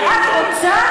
ואת רוצה,